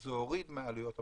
זה הוריד מהעלויות המערכתיות,